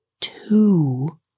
two